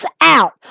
out